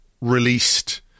released